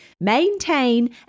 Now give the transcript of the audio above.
maintain